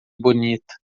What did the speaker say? bonita